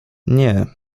nie